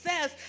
says